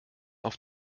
auf